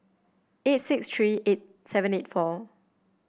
eight six three eight seventy four